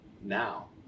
now